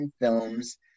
films